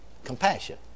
compassion